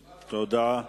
תודה.